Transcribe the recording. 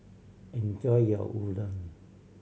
enjoy your Udon